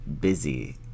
busy